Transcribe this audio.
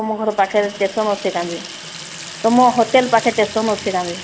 ତୁମ ଘର ପାଖରେ ଷ୍ଟେସନ୍ ଅଛି କାନ୍ତି ତୁମ ହୋଟେଲ୍ ପାଖେ ଷ୍ଟେସନ୍ ଅଛି କାନ୍ତି